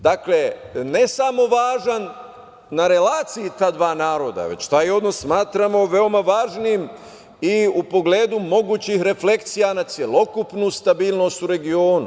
Dakle, ne samo važan na relaciji ta dva naroda, već taj odnos smatramo veoma važnim i u pogledu mogućih refleksija na celokupnu stabilnost u regionu.